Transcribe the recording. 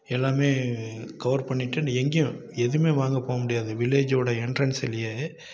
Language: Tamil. எல்லாம் கவர் பண்ணிட்டு எங்கேயும் எதுவும் வாங்க போக முடியாது வில்லேஜோடய என்ட்ரன்ஸ்லேயே